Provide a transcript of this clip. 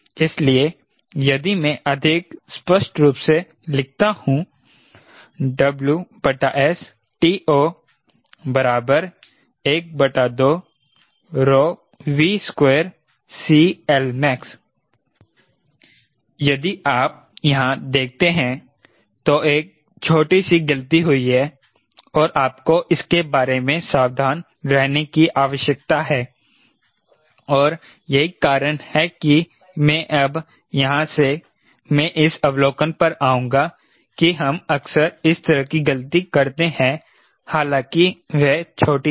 इसलिए यदि मैं अधिक स्पष्ट रूप से लिखता हूं WSTO 12V2CLmax यदि आप यहां देखते हैं तो एक छोटी सी गलती हुई है और आपको इसके बारे में सावधान रहने की आवश्यकता है और यही कारण है कि मैं अब यहां से में इस अवलोकन पर आऊंगा कि हम अक्सर इस तरह की गलती करते हैं हालांकि वह छोटी है